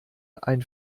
ein